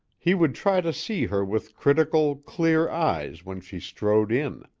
he would try to see her with critical, clear eyes when she strode in.